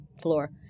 floor